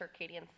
circadian